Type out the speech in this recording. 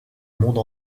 monde